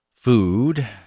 food